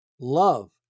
love